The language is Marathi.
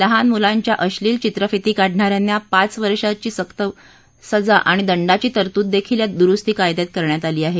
लहान मुलांच्या अशलील चित्रफिती काढणाऱ्यांना पाच वर्ष सक्त सजा आणि दंडाची तरतूद देखील या दुरस्ती कायद्यात करण्यात आली आहे